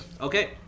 Okay